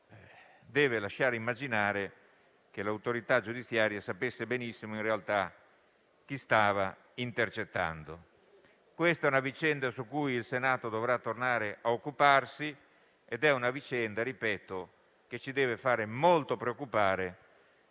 deve lasciar immaginare che l'autorità giudiziaria sapesse benissimo in realtà chi stava intercettando. È una vicenda di cui il Senato dovrà tornare a occuparsi e che ci deve far molto preoccupare